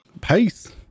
Peace